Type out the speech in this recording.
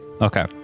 Okay